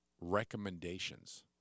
recommendations